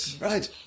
Right